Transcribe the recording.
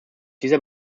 dieser